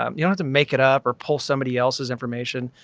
um you don't have to make it up or pull somebody else's information.